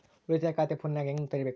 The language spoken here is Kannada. ಉಳಿತಾಯ ಖಾತೆ ಫೋನಿನಾಗ ಹೆಂಗ ತೆರಿಬೇಕು?